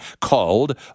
called